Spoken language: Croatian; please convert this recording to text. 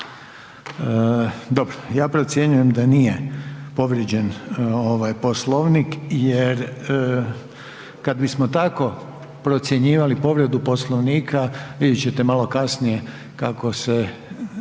Dobro. Ja procjenjujem da nije povrijeđen ovaj Poslovnik jer kad bismo tako procjenjivali povredu Poslovnika, vidjet ćete malo kasnije, kako se,